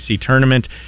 tournament